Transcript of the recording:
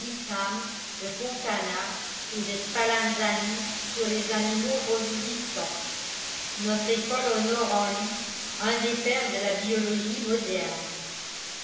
needham de fontana et de spallanzani sur les animaux reviviscents notre école honore en lui un des pères de la biologie moderne